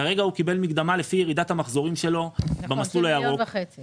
כרגע הוא קיבל מקדמה לפי ירידת המחזורים שלו במסלול הירוק.